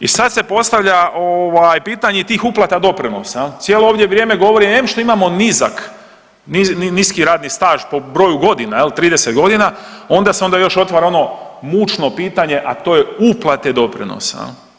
I sad se postavlja pitanje tih uplata doprinosa, cijelo ovdje vrijeme govorim em što imamo niski radni staž po broju godina 30 godina onda se onda još otvara ono mučno pitanje, a to je uplate doprinosa.